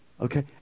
Okay